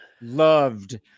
loved